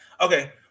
Okay